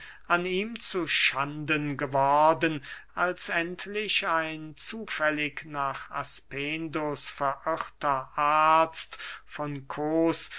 an ihm zu schanden geworden als endlich ein zufällig nach aspendus verirrter arzt von kos